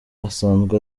asanzwe